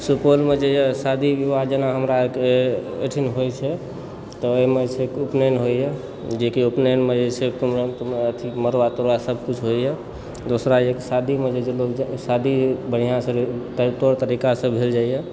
सुपौलमे जे यऽ शादी विवाह जेना हमरा ओहिठाम होइ छै तऽ ओहिमे से एक उपनयन होइए जेकि उपनयनमे जे छै से कुम्हरम मरवा तरवासभ किछु होइए दोसरा यऽ जे शादीमे जे लोग शादी बढ़िआँ तौर तरीका से भेल जाइए